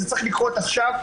זה צריך לקרת עכשיו.